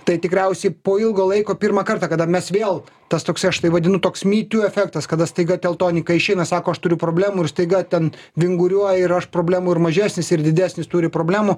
tai tikriausiai po ilgo laiko pirmą kartą kada mes vėl tas toksai aš tai vadinu toks my tiu efektas kada staiga teltonika išeina sako aš turiu problemų ir staiga ten vinguriuoja ir aš problemų ir mažesnis ir didesnis turi problemų